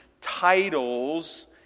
titles